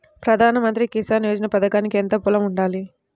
ప్రధాన మంత్రి కిసాన్ యోజన పథకానికి ఎంత పొలం ఉండాలి?